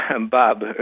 Bob